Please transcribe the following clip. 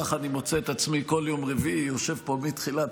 כך אני מוצא את עצמי בכל יום רביעי יושב פה מתחילת